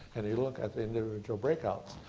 and you look at the individual breakdowns,